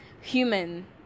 Human